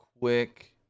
quick